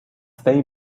they